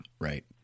right